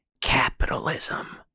capitalism